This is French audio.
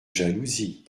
jalousie